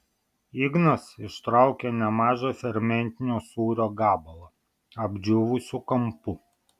ignas ištraukė nemažą fermentinio sūrio gabalą apdžiūvusiu kampu